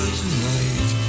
tonight